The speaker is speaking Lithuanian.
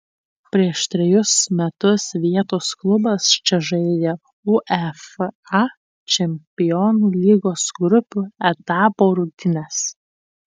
prieš trejus metus vietos klubas čia žaidė uefa čempionų lygos grupių etapo rungtynes